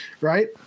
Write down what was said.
Right